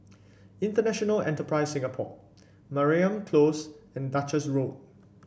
International Enterprise Singapore Mariam Close and Duchess Road